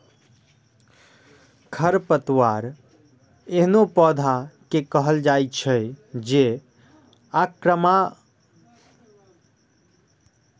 खरपतवार एहनो पौधा कें कहल जाइ छै, जे आक्रामक रूप सं बढ़ै छै